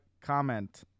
comment